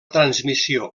transmissió